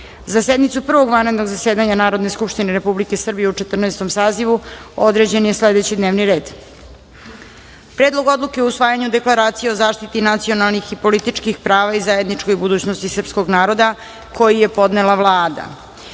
sednicu Prvog vanrednog zasedanja Narodne skupštine Republike Srbije u Četrnaestom sazivu određen je sledećiD n e v n i r e d:1. Predlog odluke o usvajanju Deklaracije o zaštiti nacionalnih i političkih prava i zajedničkoj budućnosti srpskog naroda, koji je podnela Vlada